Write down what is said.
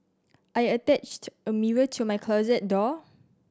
I attached a mirror to my closet door